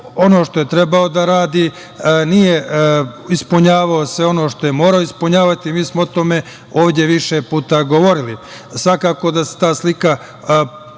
ono što je trebao da radi, nije ispunjavao sve ono što je morao ispunjavati. Mi smo ovde o tome više puta govorili. Svakako